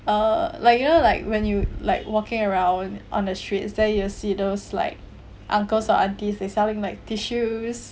uh like you know like when you like walking around on the streets then you'll see those like uncles or aunties they selling like tissues